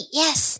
，yes，